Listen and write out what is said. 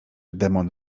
demon